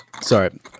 sorry